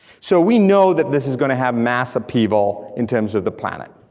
so we know that this is gonna have mass upheaval in terms of the planet.